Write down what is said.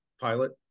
pilot